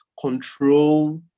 control